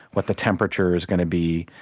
what the temperature is going to be,